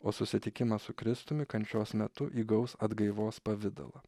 o susitikimas su kristumi kančios metu įgaus atgaivos pavidalą